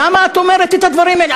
למה את אומרת את הדברים האלה?